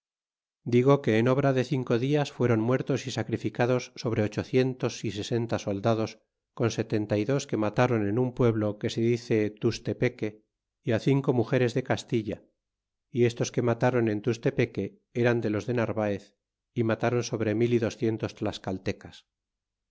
digo que en obra de cinco dias fueron muertos y sacrificados sobre ochocientos y sesenta soldados con setenta y dos que matron en un pueblo que se dice tustepeque y cinco mugeres de castilla y estos que matron en tustepeque eran de los de narvaez y matron sobre mil y docientos tlascaltecas